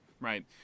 Right